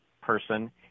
person